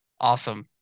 Awesome